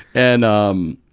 and, um,